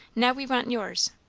now we want yours.